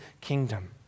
kingdom